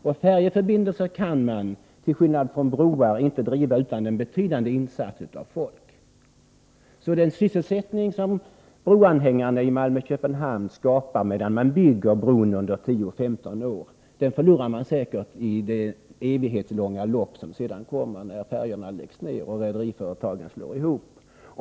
Och färjeförbindelser kan man, till skillnad från broar, inte driva utan en betydande insats av folk, så den sysselsättning som broanhängarna i Malmö och Köpenhamn skapar, medan bron byggs under 10-15 år, förlorar man säkert under det evighetslånga lopp som följer, när färjetrafiken läggs ned och rederiföretagen slår igen.